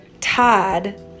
Todd